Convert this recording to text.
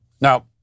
Now